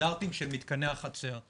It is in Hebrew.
הסטנדרטים של מתקני החצר.